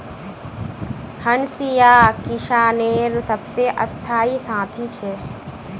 हंसिया किसानेर सबसे स्थाई साथी छे